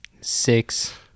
six